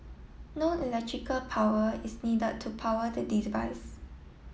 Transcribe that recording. no electrical power is needed to power the device